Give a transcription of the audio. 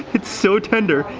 it's so tender.